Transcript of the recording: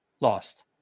lost